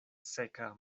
seka